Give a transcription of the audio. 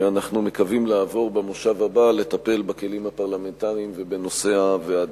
ואנחנו מקווים לעבור במושב הבא לטפל בכלים הפרלמנטריים ובנושא הוועדות.